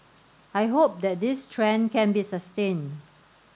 I hope that this trend can be sustained